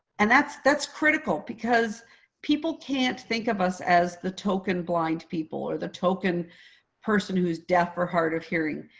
and that's that's critical, because people can't think of us as the token blind people or the token person who's deaf or hard of hearing.